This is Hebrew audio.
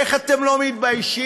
איך אתם לא מתביישים?